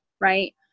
right